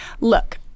look